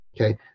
Okay